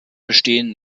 bestehen